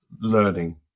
learning